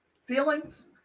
feelings